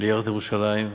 לעיריית ירושלים.